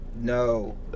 no